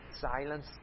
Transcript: silence